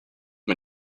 mir